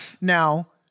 Now